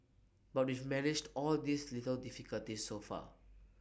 but we've managed all these little difficulties so far